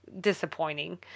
disappointing